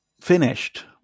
finished